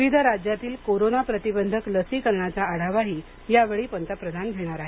विविध राज्यातील कोरोना प्रतिबंधक लसीकरणाचा आढावाही यावेळी पंतप्रधान घेणार आहेत